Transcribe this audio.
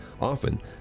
Often